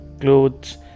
clothes